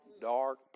dark